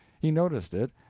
he noticed it,